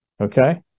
okay